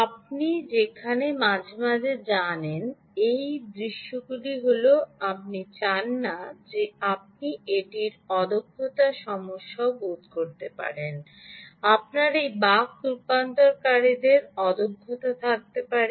আপনি যেখানে মাঝে মাঝে জানেন আপনি চান না যে আপনি এটির অদক্ষতার সমস্যা বোধ করতে পারেন আপনার এই বাক রূপান্তরকারীদের অদক্ষতা থাকতে পারে